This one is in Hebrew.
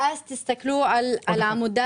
בעמודה